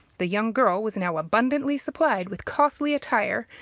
the young girl was now abundantly supplied with costly attire,